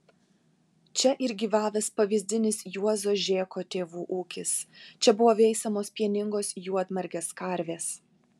čia ir gyvavęs pavyzdinis juozo žėko tėvų ūkis čia buvo veisiamos pieningos juodmargės karvės